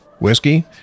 whiskey